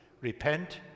Repent